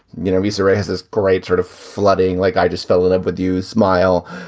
you know, lisa ray has this great sort of flooding, like i just fell in love with you. smile.